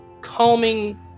calming